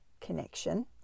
connection